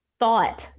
thought